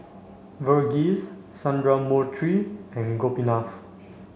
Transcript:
Verghese Sundramoorthy and Gopinath